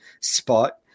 spot